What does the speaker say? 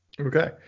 Okay